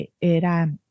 era